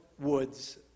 woods